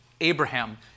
Abraham